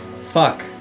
Fuck